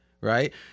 right